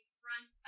front